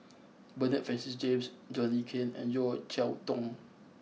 Bernard Francis James John Le Cain and Yeo Cheow Tong